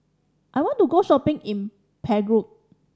I want to go shopping in Prague